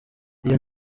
iyo